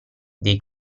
dei